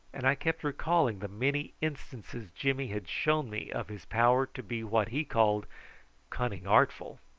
and i kept recalling the many instances jimmy had shown me of his power to be what he called cunning-artful.